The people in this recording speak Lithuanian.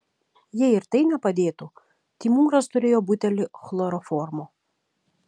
jei ir tai nepadėtų timūras turėjo butelį chloroformo